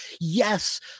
yes